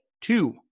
two